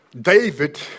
David